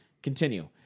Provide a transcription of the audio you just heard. continue